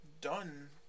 done